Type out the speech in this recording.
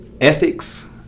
Ethics